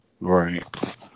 Right